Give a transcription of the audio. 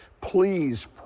Please